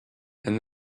and